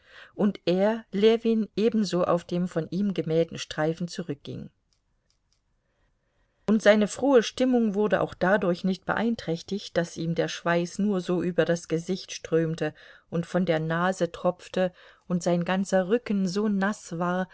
und er ljewin ebenso auf dem von ihm gemähten streifen zurückging und seine frohe stimmung wurde auch dadurch nicht beeinträchtigt daß ihm der schweiß nur so über das gesicht strömte und von der nase tropfte und sein ganzer rücken so naß war